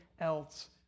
else